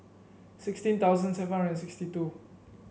sixteen thousand seven hundred and sixty two